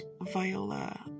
viola